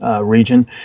region